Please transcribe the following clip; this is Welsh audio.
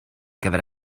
gyfer